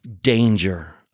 danger